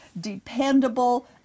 dependable